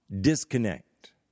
disconnect